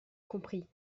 compris